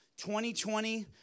2020